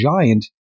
giant